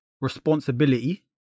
responsibility